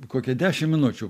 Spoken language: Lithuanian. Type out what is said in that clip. kokią dešim minučių